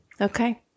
Okay